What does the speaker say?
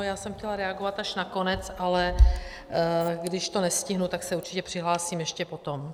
Já jsem chtěla reagovat až nakonec, ale když to nestihnu, tak se určitě přihlásím ještě potom.